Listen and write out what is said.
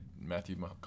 Matthew